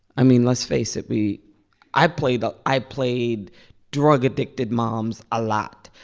i mean, let's face it. we i played ah i played drug-addicted moms a lot.